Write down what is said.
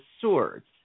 swords